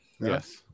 yes